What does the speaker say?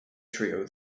trio